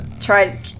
try